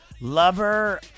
Lover